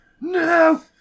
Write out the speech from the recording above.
no